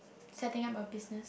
setting up a business